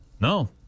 No